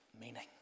meaning